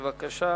בבקשה.